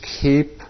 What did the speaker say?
keep